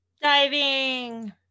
Diving